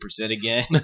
again